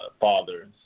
fathers